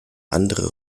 andere